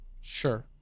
Sure